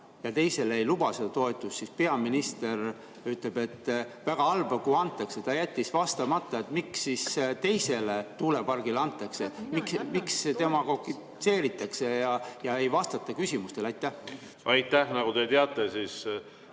ja teisele ei anna seda toetust, ja peaminister ütles, et väga halb, kui annab. Ta jättis vastamata, miks teisele tuulepargile antakse. Miks demagoogitsetakse ja ei vastata küsimustele? Aitäh!